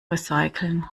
recyceln